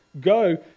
go